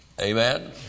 Amen